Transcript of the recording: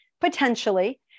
Potentially